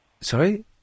Sorry